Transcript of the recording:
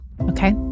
Okay